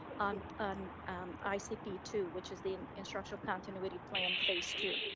um um icp two, which is the instructional continuity plan phase two.